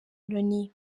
loni